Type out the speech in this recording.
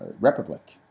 Republic